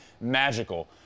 magical